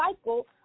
cycle